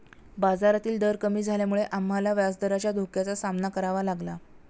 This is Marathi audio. बाजारातील दर कमी झाल्यामुळे आम्हाला व्याजदराच्या धोक्याचा सामना करावा लागला